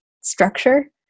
structure